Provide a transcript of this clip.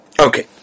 Okay